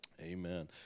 Amen